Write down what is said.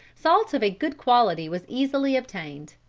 salt of a good quality was easily obtained.